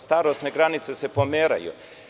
Starosne granice se pomeraju.